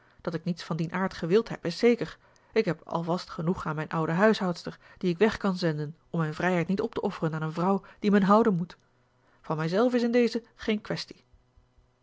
dat ik niets van dien aard gewild heb is zeker ik heb alvast genoeg aan mijne oude huishoudster die ik weg kan zenden om mijne vrijheid niet op te offeren aan eene vrouw die men houden moet van mij zelve is in deze geen kwestie